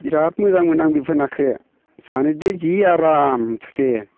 बिराद मोजां मोनो आं बिफोर नाखो जानोदे जि आराम मुथुथे